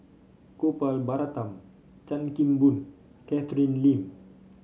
Gopal Baratham Chan Kim Boon Catherine Lim